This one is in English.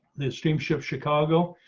the steamship chicago